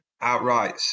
outright